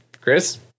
Chris